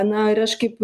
na ir aš kaip